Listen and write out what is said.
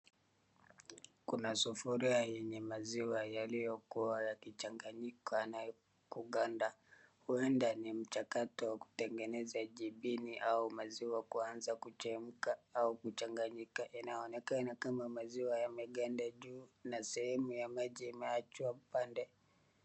Kuna sufuria yenye maziwa yaliyokuwa yakichanganyika mna kuganda huenda ni mchakato wa kutengeneza jibini au maziwa kwa kuanza kuchemka au kuanza kuchemka. Inaonekana maziwa yameganda juu na sehemu ya maji imeachwa pande.